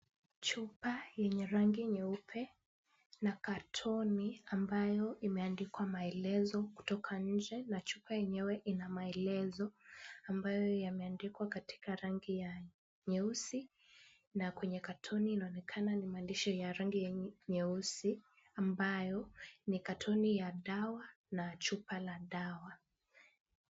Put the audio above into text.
Chupa yenye rangi nyeupe na katoni ambayo imeandikwa maelezo kutoka nje, na chupa yenyewe ina maelezo, ambayo yameandikwa katika rangi ya nyeusi, na kwenye katoni inaonekana ni maandishi ya rangi nyeusi ambayo ni katoni ya dawa na chupa la dawa.